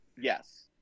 yes